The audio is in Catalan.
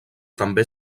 també